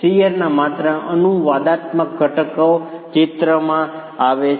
શીયરના માત્ર અનુવાદાત્મક ઘટકો ચિત્રમાં આવે છે